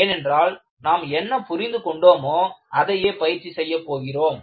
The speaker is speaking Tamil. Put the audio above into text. ஏனென்றால் நாம் என்ன புரிந்து கொண்டோமா அதையே பயிற்சி செய்யப் போகிறோம்